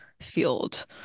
field